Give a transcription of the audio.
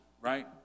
right